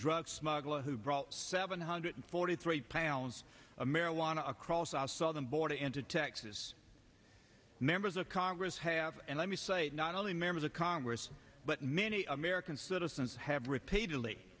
drug smuggler who brought seven hundred forty three pounds of marijuana across our southern border into texas members of congress have and let me say not only members of congress but many american citizens have repeatedly